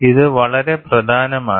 ഇത് വളരെ പ്രധാനമാണ്